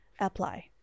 apply